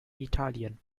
italien